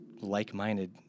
like-minded